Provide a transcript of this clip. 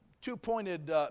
two-pointed